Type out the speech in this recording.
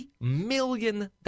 million